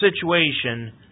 situation